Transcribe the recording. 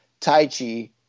Taichi